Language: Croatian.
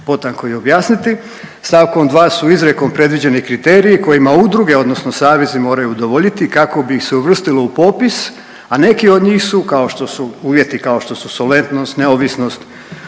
potanko i objasniti. Stavkom 2. su izrijekom predviđeni kriteriji kojima udruge odnosno savezi moraju udovoljiti kako bi ih se uvrstilo u popis, a neki od njih su kao što su uvjeti kao što su solventnost, neovisnost,